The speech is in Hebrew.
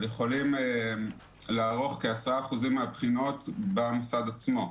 אבל יכולים לערוך כ-10% מהבחינות במוסד עצמו.